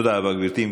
תודה רבה, גברתי.